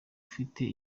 ufite